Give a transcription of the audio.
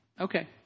Okay